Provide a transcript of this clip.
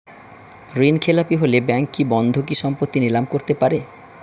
ঋণখেলাপি হলে ব্যাঙ্ক কি বন্ধকি সম্পত্তি নিলাম করতে পারে?